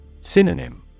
Synonym